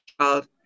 child